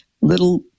little